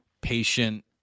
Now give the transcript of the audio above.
patient